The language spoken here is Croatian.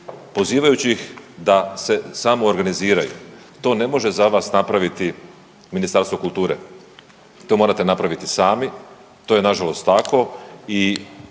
pozivajući ih da se samoorganiziraju. To ne može za vas napraviti Ministarstvo kulture, to morate napraviti sami, to je nažalost tako